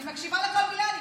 אני מקשיבה לכל מילה.